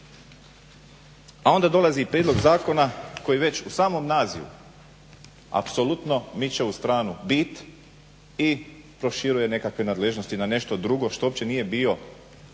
A onda dolazi prijedlog zakona koji već u samom nazivu apsolutno miče u stranu bit i proširuje nekakve nadležnosti na nešto drugo što uopće nije bio